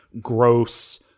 gross